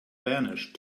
vanished